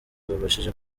babashije